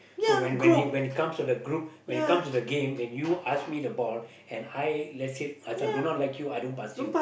so when when when it comes to the group when it comes to the game when you pass me the ball and I let's say I think one I do not like you I don't pass you